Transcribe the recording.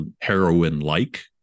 heroin-like